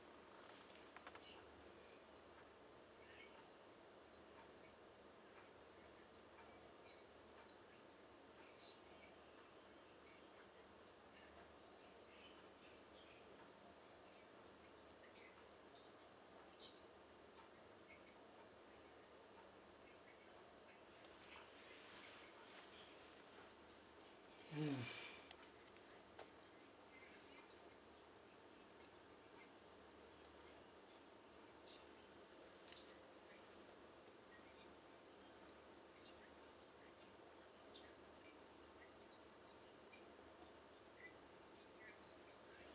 mm